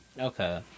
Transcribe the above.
Okay